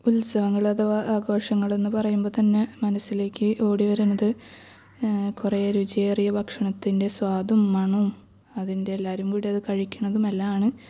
ഉത്സവങ്ങൾ അഥവാ ആഘോഷങ്ങൾ എന്നു പറയുമ്പോൾ തന്നെ മനസിലേക്ക് ഓടി വരുന്നത് കുറേ രുചിയേറിയ ഭക്ഷണത്തിൻ്റെ സ്വാദും മണവും അതിൻ്റെ എല്ലാവരും കൂടെ അത് കഴിക്കുന്നതും എല്ലാമാണ്